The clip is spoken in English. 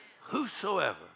Whosoever